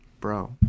bro